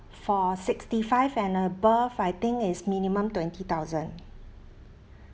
for sixty five and above I think is minimum twenty thousand